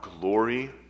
glory